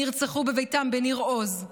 נרצחו בביתם בניר עוז.